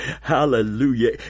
Hallelujah